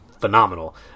phenomenal